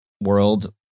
world